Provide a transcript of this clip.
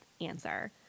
answer